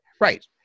right